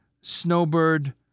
Snowbird